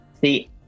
See